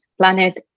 planet